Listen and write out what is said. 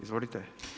Izvolite.